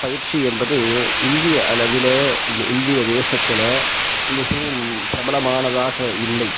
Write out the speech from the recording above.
பயிற்சி என்பது இந்திய அளவில் இந்த இந்திய தேசத்தில் மிகவும் பிரபலமானதாக இல்லை